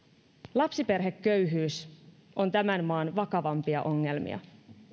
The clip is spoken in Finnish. lapsiperheköyhyys on tämän maan vakavampia ongelmia